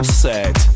set